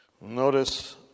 Notice